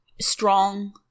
strong